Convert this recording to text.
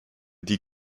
die